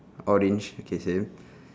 orange okay same